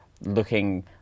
looking